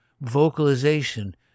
vocalization